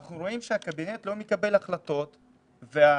אנחנו רואים שהקבינט לא מקבל החלטות והתלמידים,